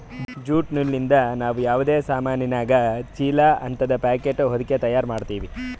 jute ನೂಲಿಂದ್ ನಾವ್ ಯಾವದೇ ಸಾಮಾನಿಗ ಚೀಲಾ ಹಂತದ್ ಪ್ಯಾಕೆಟ್ ಹೊದಕಿ ತಯಾರ್ ಮಾಡ್ತೀವಿ